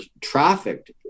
trafficked